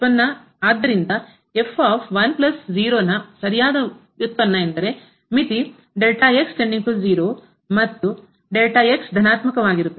ಆದ್ದರಿಂದ ನ ಸರಿಯಾದ ಉತ್ಪನ್ನ ಎಂದರೆ ಮಿತಿ ಮತ್ತು ಧನಾತ್ಮಕವಾಗಿರುತ್ತದೆ